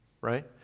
right